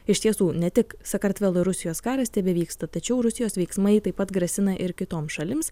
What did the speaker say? iš tiesų ne tik sakartvelo ir rusijos karas tebevyksta tačiau rusijos veiksmai taip pat grasina ir kitoms šalims